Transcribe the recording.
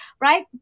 Right